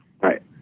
Right